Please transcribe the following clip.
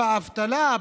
באבטלה,